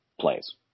plays